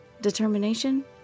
Determination